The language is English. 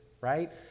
right